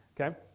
Okay